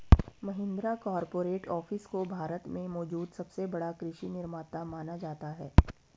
Mahindra corporate office को भारत में मौजूद सबसे बड़ा कृषि निर्माता माना जाता है